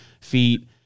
feet